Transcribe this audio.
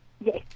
Yes